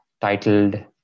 titled